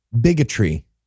bigotry